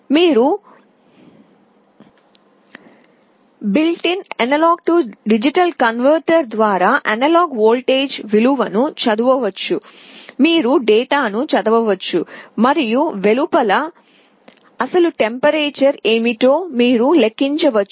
మీరు అంతర్నిర్మిత A D converter ద్వారా అనలాగ్ వోల్టేజ్ విలువను చదవవచ్చు మీరు డేటాను చదవవచ్చు మరియు వెలుపల అసలు ఉష్ణోగ్రత ఏమిటో మీరు లెక్కించవచ్చు